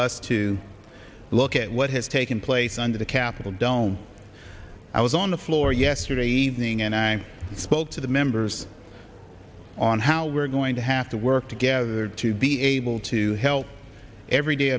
us to look at what has taken place under the capitol dome i was on the floor yesterday evening and i spoke to the members on how we're going to have to work together to be able to help everyday